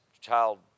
child